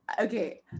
okay